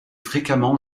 fréquemment